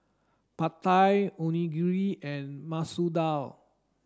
Pad Thai Onigiri and Masoor Dal